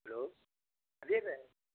hello